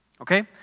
Okay